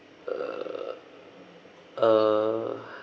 err err